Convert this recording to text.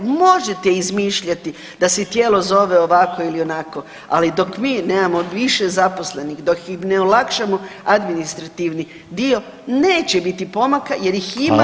Možete izmišljati da se tijelo zove ovako ili onako, ali dok mi nemamo više zaposlenih, dok im ne olakšamo administrativni dio neće biti pomaka jer ih ima koliko ih ima.